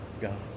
God